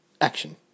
action